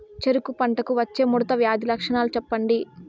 చెరుకు పంటకు వచ్చే ముడత వ్యాధి లక్షణాలు చెప్పండి?